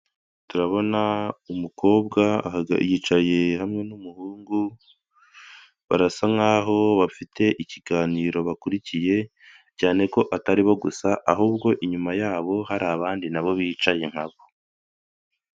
Turabona umukobwa yicaye hamwe n'umuhungu, barasa nkaho bafite ikiganiro bakurikiye, cyane ko ataribo gusa ahubwo inyuma yabo, hari abandi nabo bicaye nkabo.